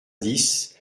dix